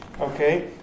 Okay